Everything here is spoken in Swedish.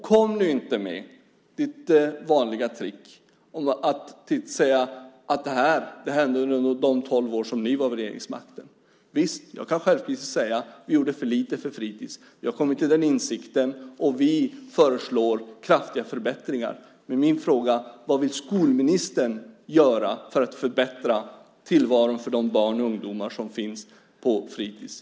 Kom nu inte med ditt vanliga trick, att säga: Det här hände under de tolv år ni var vid regeringsmakten! Visst, jag kan självkritiskt säga att vi gjorde för lite för fritids. Vi har kommit till den insikten och föreslår kraftiga förbättringar. Men min fråga är: Vad vill skolministern göra för att förbättra tillvaron för de barn och ungdomar som finns på fritids?